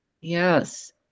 Yes